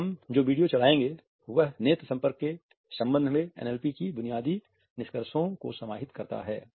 अब हम जो वीडियो चलायेंगे वह नेत्र संपर्क के सम्बन्ध में एनएलपी के बुनियादी निष्कर्षों को समाहित करता है